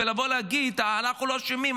ולבוא להגיד: אנחנו לא אשמים,